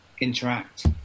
interact